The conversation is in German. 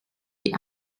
die